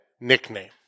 nickname